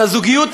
על הזוגיות,